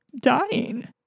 dying